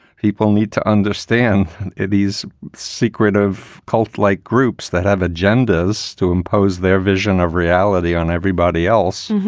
people need to understand these secretive, cult like groups that have agendas to impose their vision of reality on everybody else,